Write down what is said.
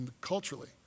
culturally